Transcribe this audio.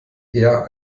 eher